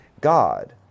God